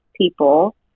people